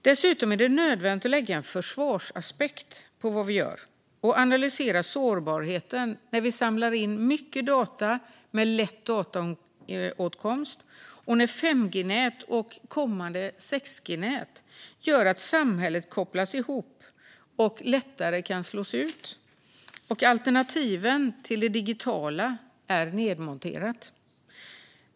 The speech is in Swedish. Dessutom är det nödvändigt att lägga en försvarsaspekt på vad vi gör och analysera sårbarheten när vi samlar in mycket data med lätt dataåtkomst och när 5G-nät, liksom kommande 6G-nät, gör att samhället kopplas ihop och lättare kan slås ut i och med att alternativen till det digitala är nedmonterade.